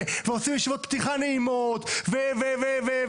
עושים ישיבות פתיחה נעימות וחגיגיות.